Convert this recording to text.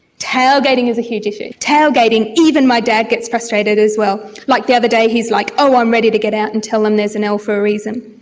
tailgating is a huge issue. tailgating, even my dad gets frustrated as well. like the other day he's, like, i'm um ready to get out and tell them there's an l for a reason.